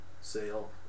sale